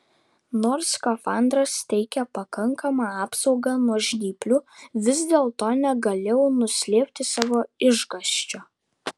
nors skafandras teikė pakankamą apsaugą nuo žnyplių vis dėlto negalėjau nuslėpti savo išgąsčio